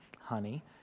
honey